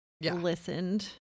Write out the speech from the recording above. listened